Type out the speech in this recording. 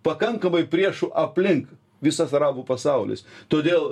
pakankamai priešų aplink visas arabų pasaulis todėl